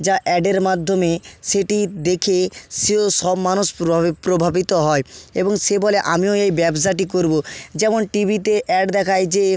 যা অ্যাডের মাধ্যমে সেটি দেখে সেও সব মানুষ প্রভাবি প্রভাবিত হয় এবং সে বলে আমিও এই ব্যবসাটি করবো যেমন টিভিতে অ্যাড দেখায় যে